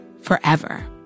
forever